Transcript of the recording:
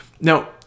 now